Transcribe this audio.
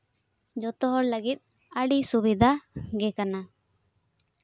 ᱡᱚᱛᱚ ᱦᱚᱲ ᱞᱟᱹᱜᱤᱫ ᱟᱹᱰᱤ ᱥᱩᱵᱤᱫᱷᱟ ᱜᱮ ᱠᱟᱱᱟ